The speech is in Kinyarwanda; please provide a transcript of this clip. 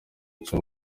uca